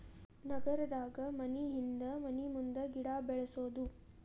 ನಗರದಾಗ ಮನಿಹಿಂದ ಮನಿಮುಂದ ಗಿಡಾ ಬೆಳ್ಸುದು